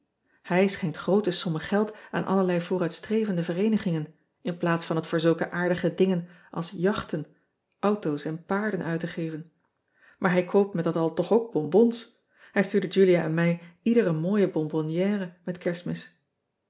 ij schenkt groote sommen geld aan allerlei vooruitstrevende vereenigingen inplaats van het voor zulke aardige dingen als yachten auto s en paarden uit te geven aar hij koopt met dat al toch ook bonbons hij stuurde ulia en mij ieder een mooie bonbonnière met erstmis